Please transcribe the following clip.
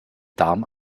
darm